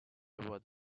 was